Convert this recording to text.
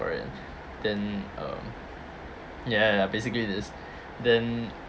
for real then um ya ya basically this then